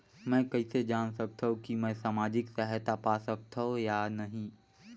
मै कइसे जान सकथव कि मैं समाजिक सहायता पा सकथव या नहीं?